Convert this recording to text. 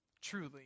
truly